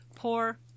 Poor